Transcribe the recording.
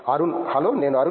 Arun hello నేను అరుణ్